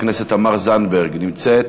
חברת הכנסת תמר זנדברג נמצאת?